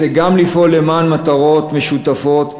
זה גם לפעול למען מטרות משותפות,